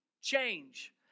Change